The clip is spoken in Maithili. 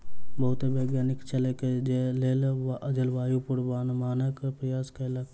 बहुत वैज्ञानिक क्षेत्रक लेल जलवायु पूर्वानुमानक प्रयास कयलक